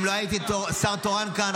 אם לא הייתי שר תורן כאן,